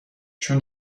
چون